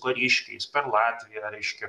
kariškiais per latviją reiškia